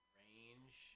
range